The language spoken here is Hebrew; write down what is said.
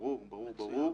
ברור, ברור.